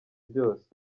byose